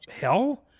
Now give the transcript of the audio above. hell